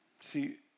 See